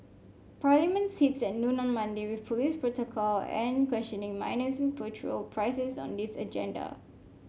parliament sits at noon on Monday with police protocol an questioning minors petrol prices on this agenda